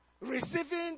receiving